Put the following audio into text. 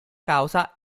causa